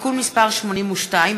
(תיקון מס' 82),